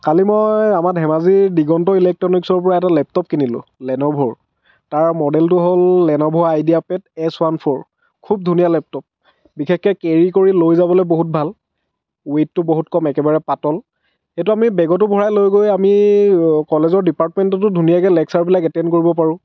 কালি মই আমাৰ ধেমাজিৰ দিগন্ত ইলেক্ট্ৰনিক্সৰ পৰা এটা লেপটপ কিনিলোঁ লেনভ'ৰ তাৰ মডেলটো হ'ল Lenovo Idea Pad S one four খুব ধুনীয়া লেপটপ বিশেষকৈ কেৰি কৰি লৈ যাবলৈ বহুত ভাল ৱেইটটো বহুত কম একেবাৰে পাতল সেইটো আমি বেগতো ভৰাই লৈ গৈ আমি কলেজৰ ডিপাৰ্টমেণ্টতো ধুনীয়াকৈ লেকচাৰবিলাক এটেণ্ড কৰিব পাৰোঁ